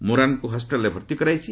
ମୋରାନଙ୍କୁ ହସ୍କିଟାଲ୍ରେ ଭର୍ତ୍ତି କରାଯାଇଛି